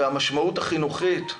והמשמעות החינוכית,